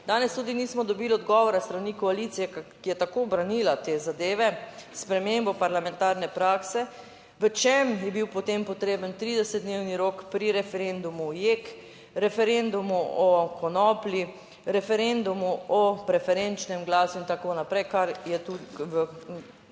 Danes tudi nismo dobili odgovora s strani koalicije, ki je tako branila te zadeve, spremembo parlamentarne prakse, v čem je bil potem potreben 30-dnevni rok pri referendumu JEK, referendumu o konoplji, referendumu o preferenčnem glasu in tako naprej, kar so v